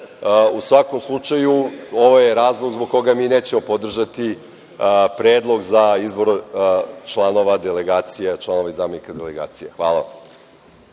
svakom slučaju ovo je razloga zbog koga mi nećemo podržati predlog za izbor članova delegacija,